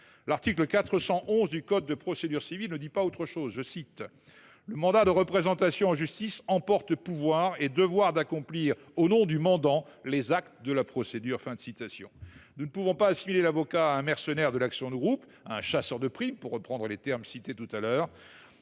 L’article 411 du code de procédure civile ne dit pas autre chose :« Le mandat de représentation en justice emporte pouvoir et devoir d’accomplir au nom du mandant les actes de la procédure.